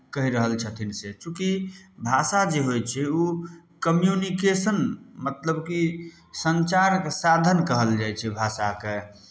कहि रहल छथिन से चूँकि भाषा जे होइ छै ओ कम्युनिकेशन मतलब कि सञ्चारके साधन कहल जाइ छै भाषाके